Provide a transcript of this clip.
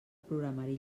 programari